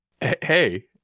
Hey